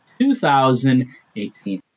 2018